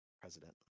president